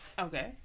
Okay